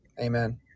Amen